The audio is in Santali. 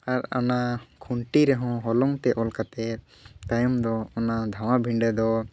ᱟᱨ ᱚᱱᱟ ᱠᱷᱩᱱᱴᱤ ᱨᱮᱦᱚᱸ ᱦᱚᱞᱚᱝᱛᱮ ᱚᱞ ᱠᱟᱛᱮ ᱛᱟᱭᱚᱢ ᱫᱚ ᱚᱱᱟ ᱫᱷᱟᱣᱟ ᱵᱤᱸᱰᱟᱹ ᱫᱚ